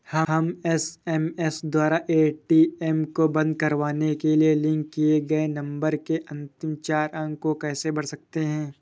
हम एस.एम.एस द्वारा ए.टी.एम को बंद करवाने के लिए लिंक किए गए नंबर के अंतिम चार अंक को कैसे भर सकते हैं?